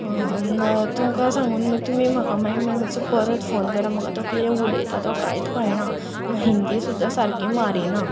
ना जाल्यार तुमकां सांगून मागीर तुमी म्हाका मागीर मातसो परत फोन करा म्हाका तो कितें उलयता तो कांयच कळना तो हिंदी सुद्दा सारकी मारिना